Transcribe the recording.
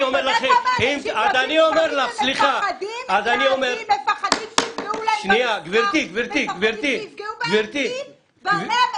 מפחדים לשפוך את התינוק עם המים